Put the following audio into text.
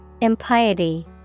Impiety